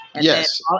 Yes